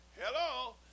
hello